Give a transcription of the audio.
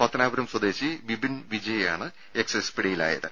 പത്തനാപുരം സ്വദേശി വിബിൻ വിജയ് ആണ് എക്സൈസ് പിടിയിലായത്